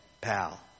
pal